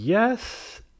Yes